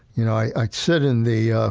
you know, i sit in the, ah